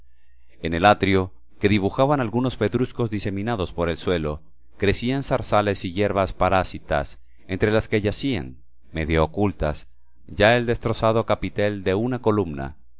en el atrio que dibujaban algunos pedruscos diseminados por el suelo crecían zarzales y hierbas parásitas entre las que yacían medio ocultas ya el destrozado capitel de una columna